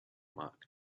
mark